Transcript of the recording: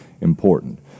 important